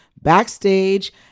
backstage